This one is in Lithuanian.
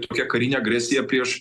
tokia karine agresija prieš